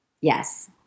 Yes